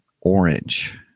orange